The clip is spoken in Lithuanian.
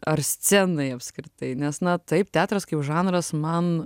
ar scenai apskritai nes na taip teatras kaip žanras man